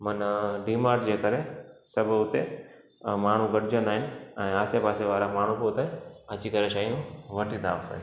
मन V Mart जे करे सभु हुते माण्हूं गॾजंदा आहिनि ऐं आसे पासे वारा माण्हूं बि हुते अची करे शयूं वठी था वठनि